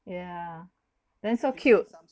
yeah then so cute